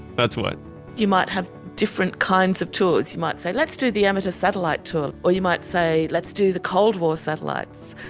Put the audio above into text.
that's what you might have different kinds of tours. you might say, let's do the amateur satellite tour. or you might say, let's do the cold war satellites.